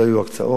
לא היו הקצאות.